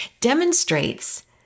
demonstrates